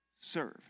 Serve